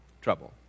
trouble